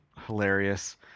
hilarious